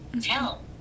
tell